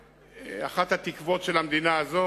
אחת התקוות של המדינה הזו